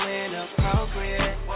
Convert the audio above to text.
inappropriate